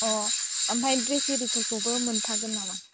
अ ओमफ्राय ड्रेस आरिफोरखौबो मोनफागोन नामा